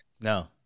No